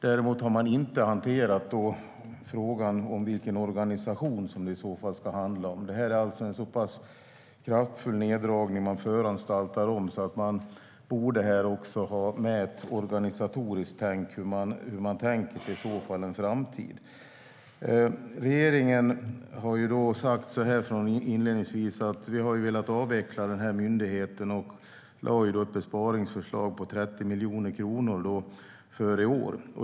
Däremot har man inte hanterat frågan om vilken organisation det ska handla om. Det är en så pass kraftig neddragning man föranstaltar om att man borde ha med ett organisatoriskt tänk när det gäller hur man tänker sig framtiden. Regeringen har inledningsvis sagt att vi har velat avveckla den här myndigheten. Vi lade fram ett besparingsförslag på 30 miljoner kronor för i år.